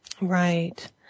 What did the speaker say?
Right